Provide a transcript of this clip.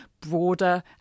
broader